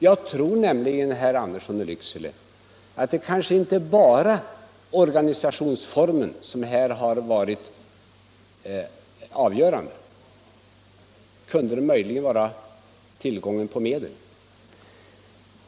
Jag tror nämligen, herr Andersson i Lycksele, att det kanske inte bara är organisationsformen som här varit avgörande. Kunde det möjligen vara tillgången på medel?